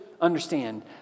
understand